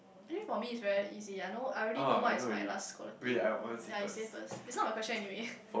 I think for me is very easy ah I know I already know what is my last quality um ya you say first it's not my question anyway